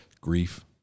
grief